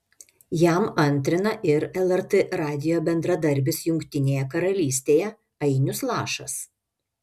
jam antrina ir lrt radijo bendradarbis jungtinėje karalystėje ainius lašas